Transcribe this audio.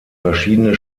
verschiedene